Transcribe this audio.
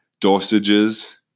dosages